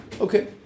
okay